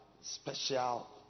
special